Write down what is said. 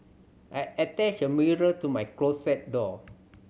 I attached a mirror to my closet door